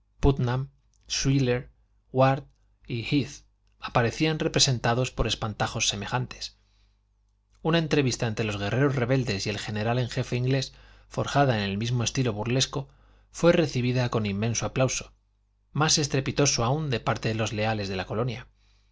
y heath aparecían representados por espantajos semejantes una entrevista entre los guerreros rebeldes y el general en jefe inglés forjada en el mismo estilo burlesco fué recibida con inmenso aplauso más estrepitoso aún de parte de los leales de la colonia